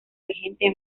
regente